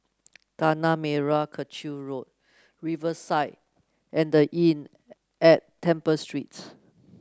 Tanah Merah Kechil Road Riverside and The Inn at Temple Streets